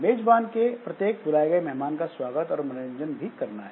मेजबान ने प्रत्येक बुलाए गए मेहमान का स्वागत और मनोरंजन भी करना है